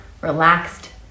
relaxed